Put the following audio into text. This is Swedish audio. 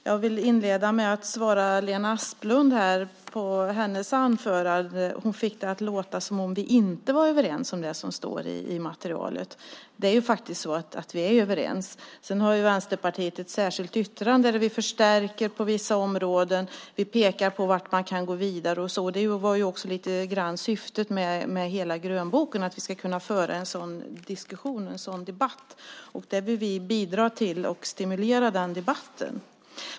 Fru talman! Jag inleder med att svara Lena Asplund på hennes anförande. Hon fick det att låta som om vi inte var överens om det som står i materialet. Vi är faktiskt överens. Vänsterpartiet har ett särskilt yttrande där vi förstärker vissa områden. Vi pekar på var man kan gå vidare. Det var också lite grann syftet med hela grönboken att vi ska kunna föra en sådan diskussion och en sådan debatt. Vi vill bidra till och stimulera den debatten.